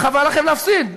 חבל לכם להפסיד.